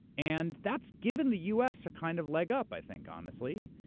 and that's given the u. s. a kind of leg up, i think, honestly,